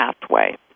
pathway